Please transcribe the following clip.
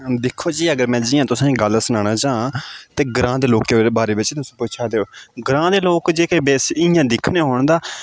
दिक्खो जी अगर में जि'यां तुसें गी गल्ल सनाना चाहां ते ग्रांऽ दे लोके दे बारे बिच तुस पुच्छा दे ओ ग्रांऽ दे लोक जेह्के बैसे इ'यां दिक्खने होन तां